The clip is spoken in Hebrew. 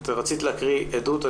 את רצית להקריא עדות.